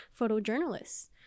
photojournalists